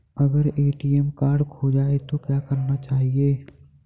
अगर ATM card खो जाए तो क्या करना चाहिए?